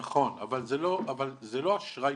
נכון, אבל זה לא אשראי פתוח.